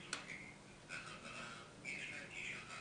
וזאת החל מיום פרסום הצו,